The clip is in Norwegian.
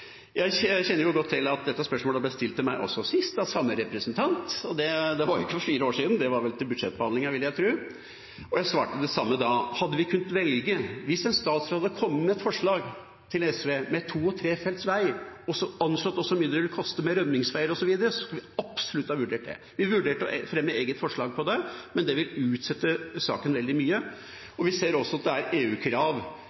Dette spørsmålet ble stilt til meg også sist, av samme representant. Det var ikke for fire år siden, det var under budsjettbehandlingen, vil jeg tro. Og jeg svarte det samme da. Hadde vi kunnet velge noe annet, hvis en statsråd hadde kommet med et forslag til SV om to- og trefeltsvei og anslått hvor mye det ville koste med rømningsveier osv., skulle vi absolutt ha vurdert det. Vi vurderte å fremme et eget forslag om det, men det vil utsette saken veldig mye.